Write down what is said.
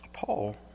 Paul